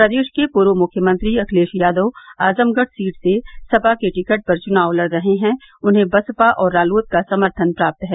प्रदेश के पूर्व मुख्यमंत्री अखिलेश यादव आजमगढ़ सीट से सपा के टिकट पर चुनाव लड़ रहे हैं उन्हे बसपा और रालोद का समर्थन प्राप्त है